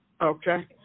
Okay